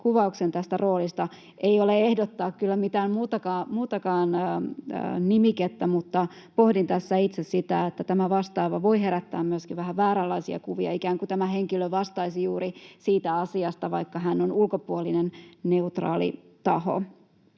kuvauksen tästä roolista. Ei ole ehdottaa kyllä mitään muutakaan nimikettä, mutta pohdin tässä itse sitä, että tämä ”vastaava” voi herättää myöskin vähän vääränlaisia kuvia, ikään kuin tämä henkilö vastaisi juuri siitä asiasta, vaikka hän on ulkopuolinen, neutraali taho.